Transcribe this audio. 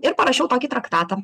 ir parašiau tokį traktatą